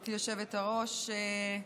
גברתי היושבת-ראש,